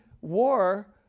war